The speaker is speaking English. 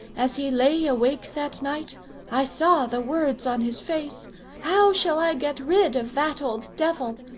as he lay awake that night i saw the words on his face how shall i get rid of that old devil?